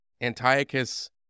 Antiochus